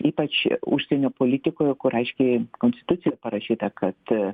ypač užsienio politikoje kur aiškiai konstitucijoj parašyta kad